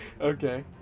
okay